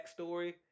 backstory